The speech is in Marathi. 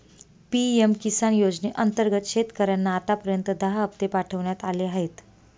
पी.एम किसान योजनेअंतर्गत शेतकऱ्यांना आतापर्यंत दहा हप्ते पाठवण्यात आले आहेत